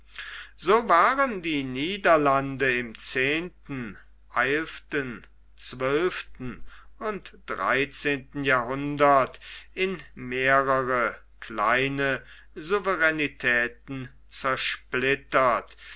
so waren die niederlande im zehnten eilften zwölften und dreizehnten jahrhundert in mehrere kleine souveränetäten zersplittert